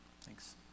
thanks